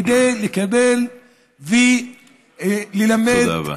כדי לקבל וללמד, תודה רבה.